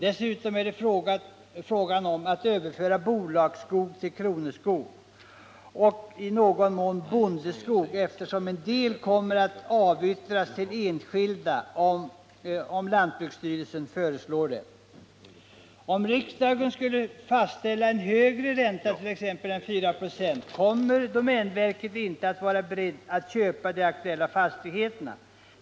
Dessutom är det fråga om att överföra bolagsskog till kronoskog och i någon mån bondeskog, eftersom en del kommer att avyttras till enskilda om lantbruksstyrelsen föreslår det. Om riksdagen skulle fastställa en högre ränta än 4 96, kommer domänverket inte att vara berett att köpa de aktuella fastigheterna.